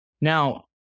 now